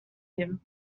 him